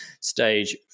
stage